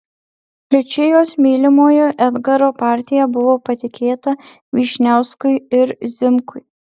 liučijos mylimojo edgaro partija buvo patikėta vyšniauskui ir zimkui